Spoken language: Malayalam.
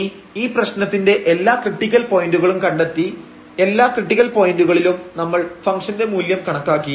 ഇനി ഈപ്രശ്നത്തിന്റെ എല്ലാ ക്രിട്ടിക്കൽ പോയന്റുകളും കണ്ടെത്തി ഈ എല്ലാ ക്രിട്ടിക്കൽ പോയന്റുകളിലും നമ്മൾ ഫംഗ്ഷന്റെ മൂല്യം കണക്കാക്കി